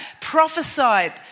prophesied